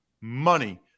money